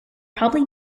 probably